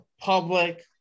public